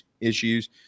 issues